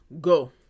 go